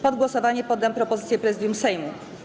Pod głosowanie poddam propozycję Prezydium Sejmu.